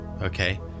Okay